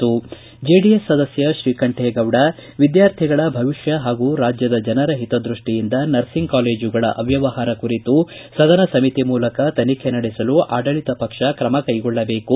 ಬೆಳಗ್ಗೆ ಸದನ ಆರಂಭವಾಗುತ್ತಿದ್ದಂತೆ ಜೆಡಿಎಸ್ ಸದಸ್ತ ಶ್ರೀಕಂಠೇಗೌಡ ವಿದ್ವಾರ್ಥಿಗಳ ಭವಿಷ್ತ ಹಾಗೂ ರಾಜ್ದದ ಜನರ ಹಿತದ್ಯಷ್ಷಿಯಿಂದ ನರ್ಸಿಂಗ್ ಕಾಲೇಜುಗಳ ಅವ್ವವಹಾರ ಕುರಿತು ಸದನ ಸಮಿತಿ ಮೂಲಕ ತನಿಖೆ ನಡೆಸಲು ಆಡಳಿತ ಪಕ್ಷ ಕ್ರಮ ಕೈಗೊಳ್ಳಬೇಕು